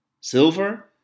Silver